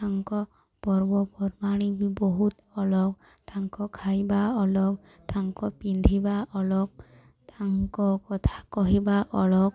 ତାଙ୍କ ପର୍ବପର୍ବାଣି ବି ବହୁତ ଅଲଗା ତାଙ୍କ ଖାଇବା ଅଲଗା ତାଙ୍କ ପିନ୍ଧିବା ଅଲଗା ତାଙ୍କ କଥା କହିବା ଅଲଗା